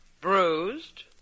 Bruised